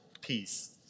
peace